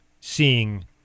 seeing